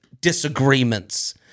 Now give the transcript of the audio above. disagreements